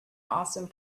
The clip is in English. awesome